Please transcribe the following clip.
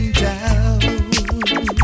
down